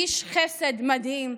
איש חסד מדהים.